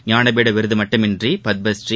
ஞானபீடவிருதுமட்டுமின்றிபத்மஸ்ரீ